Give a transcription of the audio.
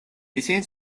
ისინი